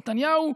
נתניהו,